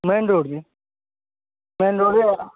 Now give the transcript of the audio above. main road ରେ main road ରେ